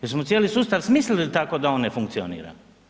Jer smo cijeli sustav smislili tako da on ne funkcionira.